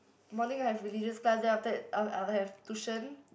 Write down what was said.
morning I have religious class then after that I'll I'll have tuition